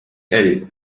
yelled